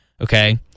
Okay